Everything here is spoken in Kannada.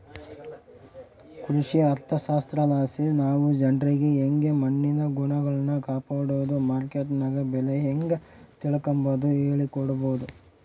ಕೃಷಿ ಅರ್ಥಶಾಸ್ತ್ರಲಾಸಿ ನಾವು ಜನ್ರಿಗೆ ಯಂಗೆ ಮಣ್ಣಿನ ಗುಣಗಳ್ನ ಕಾಪಡೋದು, ಮಾರ್ಕೆಟ್ನಗ ಬೆಲೆ ಹೇಂಗ ತಿಳಿಕಂಬದು ಹೇಳಿಕೊಡಬೊದು